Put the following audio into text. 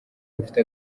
bufite